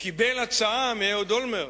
קיבל הצעה מאהוד אולמרט,